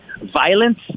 violence